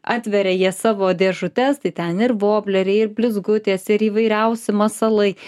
atveria jie savo dėžutes tai ten ir vobleriai ir blizgutės ir įvairiausi masalai